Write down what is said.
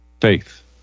Faith